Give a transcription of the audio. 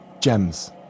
gems